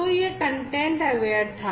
तो यह content aware था